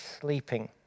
sleeping